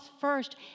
first